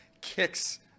kicks